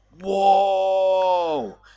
whoa